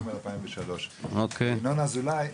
2003. אבא של ינון אזולאי,